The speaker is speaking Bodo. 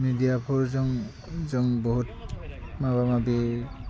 मेडियाफोरजों जों बहथ माबा माबि